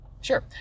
sure